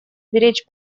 беречь